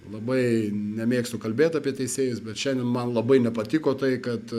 labai nemėgstu kalbėt apie teisėjus bet šiandien man labai nepatiko tai kad